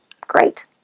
Great